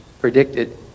predicted